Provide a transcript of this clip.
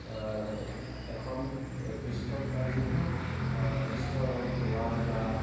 এখন পৃষ্ঠত বা যিকোনো পৃষ্ঠই হ'ল ৱাল্ড বা